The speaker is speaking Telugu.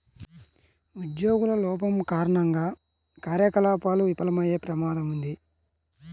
ఉద్యోగుల లోపం కారణంగా కార్యకలాపాలు విఫలమయ్యే ప్రమాదం ఉంది